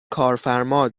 کارفرما